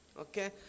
okay